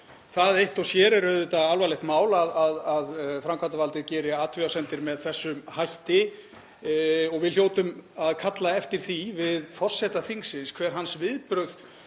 Það eitt og sér er auðvitað alvarlegt mál, að framkvæmdarvaldið geri athugasemdir með þessum hætti, og við hljótum að kalla eftir því við forseta þingsins hver hans viðbrögð